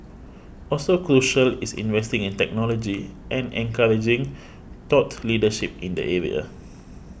also crucial is investing in technology and encouraging thought leadership in the area